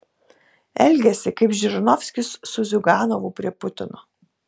elgiasi kaip žirinovskis su ziuganovu prie putino